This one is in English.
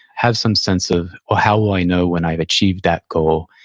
have some sense of, well, how i know when i've achieved that goal?